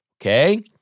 okay